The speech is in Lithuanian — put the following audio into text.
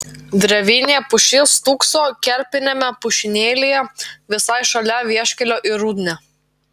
drevinė pušis stūkso kerpiniame pušynėlyje visai šalia vieškelio į rudnią